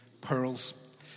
Pearls